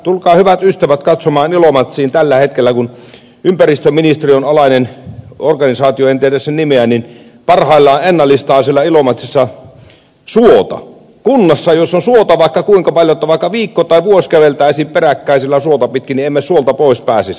tulkaa hyvät ystävät katsomaan ilomantsiin kun siellä tällä hetkellä ympäristöministeriön alainen organisaatio en tiedä sen nimeä parhaillaan ennallistaa suota kunnassa jossa on suota vaikka kuinka paljon niin että vaikka viikko tai vuosi käveltäisiin peräkkäin siellä suota pitkin emme suolta pois pääsisi